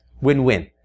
Win-win